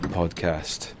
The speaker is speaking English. podcast